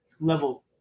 level